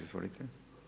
Izvolite.